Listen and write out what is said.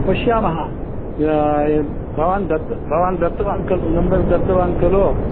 पश्यामः भवान् दत्त भवान् दत्तवान् खलु नम्बर् दत्तवान् खलु